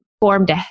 formed